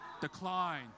decline